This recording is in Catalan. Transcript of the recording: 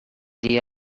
dir